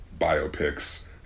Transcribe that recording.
biopics